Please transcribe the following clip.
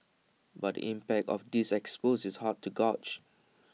but impact of this expose is hard to gauge